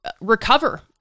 recover